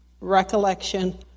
recollection